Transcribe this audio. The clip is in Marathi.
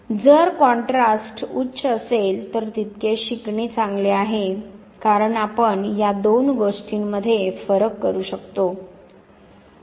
जर कॉन्ट्रास्ट उच्च असेल तर तितके शिकणे चांगले आहे कारण आपण या दोन गोष्टींमध्ये फरक करू शकतो